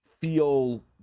feel